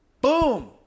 boom